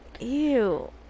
Ew